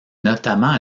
notamment